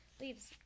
leaves